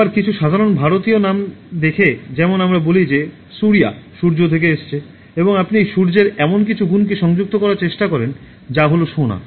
আবার কিছু সাধারণ ভারতীয় নাম দেখে যেমন আমরা বলি যে সুরিয়া সূর্য থেকে এসেছে এবং আপনি সূর্যের এমন কিছু গুণকে সংযুক্ত করার চেষ্টা করেন যা হল সোনা